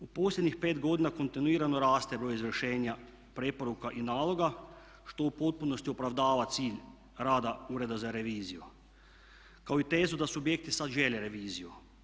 U posljednjih pet godina kontinuirano raste broj izvršenja preporuka i naloga što u potpunosti opravdava cilj rada Ureda za reviziju kao i tezu da subjekti sad žele reviziju.